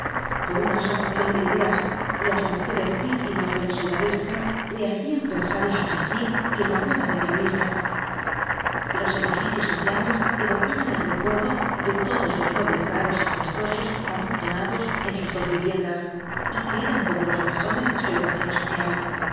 por una asociación de ideas las mujeres víctimas de la soldadesca le hacían pensar en su chichi y en la buena doña luisa los edificios en llamas evocaban el recuerdo de todos los muebles raros y costosos amontonados en sus dos viviendas y que eran como los blasones de su elevación social